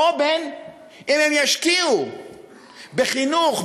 ובין אם הם ישקיעו בחינוך,